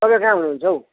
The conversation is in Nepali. तपाईँ कहाँ हुनुहुन्छ हौ